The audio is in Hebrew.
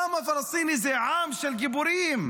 העם הפלסטיני זה עם של גיבורים,